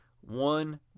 One